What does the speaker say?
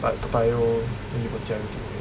but toa payoh 离我家有点远